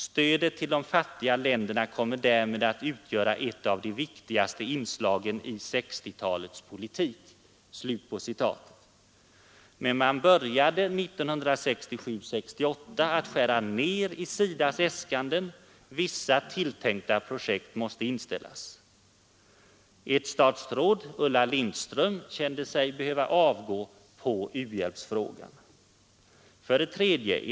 Stödet till de fattiga länderna kommer därmed att utgöra ett av de viktigaste inslagen i 1960-talets politik.” Men man började 1967/68 att skära ner SIDA ss äskanden; vissa tilltänkta projekt måste inställas. Ett statsråd, Ulla Lindström, kände sig behöva avgå på u-hjälpsfrågan.